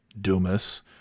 Dumas